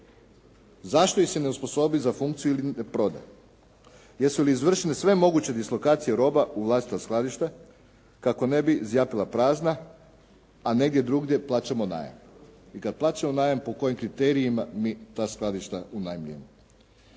Zašto ih se ne osposobi za funkciju ili ne proda? Jesu li izvršene sve moguće dislokacije roba u vlastito skladište kako ne bi zjapila prazna, a negdje drugdje plaćamo najam i kada plaćamo najam po kojim kriterijima mi ta skladišta unajmljujemo?